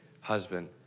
husband